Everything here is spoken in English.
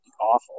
awful